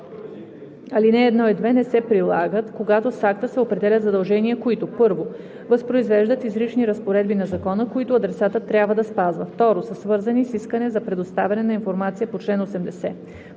Алинеи 1 и 2 не се прилагат, когато с акта се определят задължения, които: 1. възпроизвеждат изрични разпоредби на закона, които адресатът трябва да спазва; 2. са свързани с искане за представяне на информация по чл. 80.“